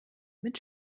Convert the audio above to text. mit